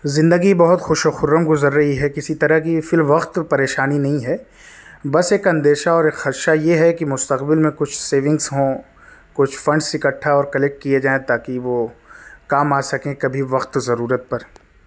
زندگی بہت خوش و خرم گزر رہی ہے کسی طرح کی یہ فی الوقت پریشانی نہیں ہے بس ایک اندیشہ اور ایک خدشہ یہ ہے کہ مستقبل میں کچھ سیونگس ہوں کچھ فنڈس اکٹھا اور کلیکٹ کیے جائیں تاکہ وہ کام آ سکیں کبھی وقت ضرورت پر